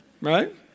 Right